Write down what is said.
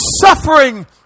suffering